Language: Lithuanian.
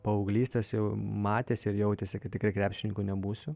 paauglystės jau matėsi ir jautėsi kad tikrai krepšininku nebūsiu